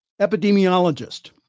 epidemiologist